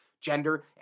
gender